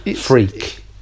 freak